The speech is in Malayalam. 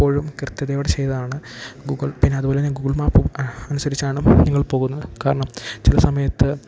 എപ്പോഴും കൃത്യതയോടെ ചെയ്താണ് ഗൂഗിൾ പിന്നെ അതുപോലെ തന്നെ ഗൂഗിൾ മാപ്പ് അനുസരിച്ചാണ് നിങ്ങൾ പോകുന്നത് കാരണം ചില സമയത്ത്